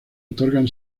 otorgan